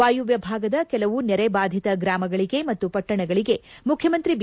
ವಾಯುವ್ಯ ಭಾಗದ ಕೆಲವು ನೆರೆ ಬಾಧಿತ ಗ್ರಾಮಗಳಿಗೆ ಮತ್ತು ಪಟ್ಟಣಗಳಿಗೆ ಮುಖ್ಯಮಂತ್ರಿ ಬಿ